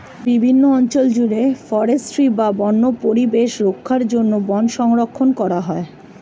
বিভিন্ন অঞ্চল জুড়ে ফরেস্ট্রি বা বন্য পরিবেশ রক্ষার জন্য বন সংরক্ষণ করা হয়